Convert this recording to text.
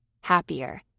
Happier